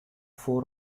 four